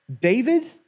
David